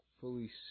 fully